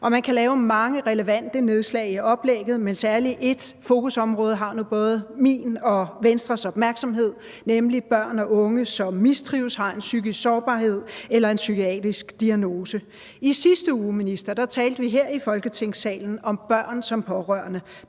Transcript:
man kan lave mange relevante nedslag i oplægget, men særlig ét fokusområde har både min og Venstres opmærksomhed, nemlig børn og unge, som mistrives, har en psykisk sårbarhed eller en psykiatrisk diagnose. I sidste uge, minister, talte vi her i Folketingssalen om børn som pårørende,